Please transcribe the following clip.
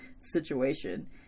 situation